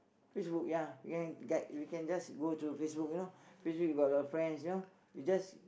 Facebook ya we can get we can just go to Facebook you know Facebook got the friends you know we just